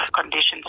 conditions